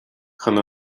chun